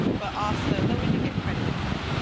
but also though we do get quite a bit of pine